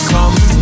Come